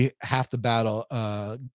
half-the-battle